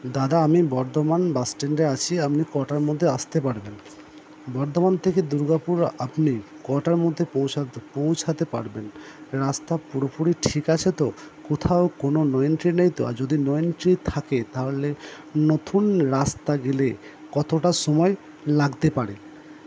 দাদা আমি বর্ধমান বাস স্ট্যান্ডে আছি আপনি কটার মধ্যে আসতে পারবেন বর্ধমান থেকে দুর্গাপুর আপনি কটার মধ্যে পৌঁছাতে পারবেন রাস্তা পুরোপুরি ঠিক আছে তো কোথাও কোনো নো এন্ট্রি নেই তো আর যদি নো এন্ট্রি থাকে তাহলে নতুন রাস্তা গেলে কতোটা সময় লাগতে পারে